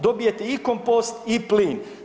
Dobijete i kompost i plin.